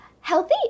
healthy